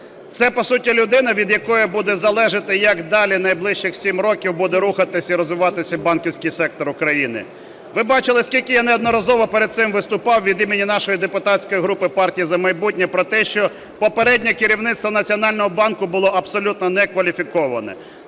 Це по суті людина, від якої буде залежати, як далі у найближчі 7 років буде рухатися і розвиватися банківський сектор України. Ви бачили, скільки я неодноразово перед цим виступав від імені нашої депутатської партії "За майбутнє" про те, що попереднє керівництво Національного банку було абсолютно некваліфіковане.